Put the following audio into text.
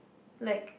like